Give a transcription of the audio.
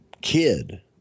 kid